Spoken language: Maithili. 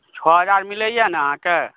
छओ हजार मिलैए ने अहाँकेँ